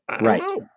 Right